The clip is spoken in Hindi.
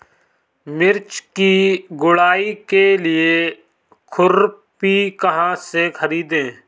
मिर्च की गुड़ाई के लिए खुरपी कहाँ से ख़रीदे?